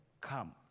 come